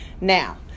Now